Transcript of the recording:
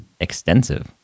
Extensive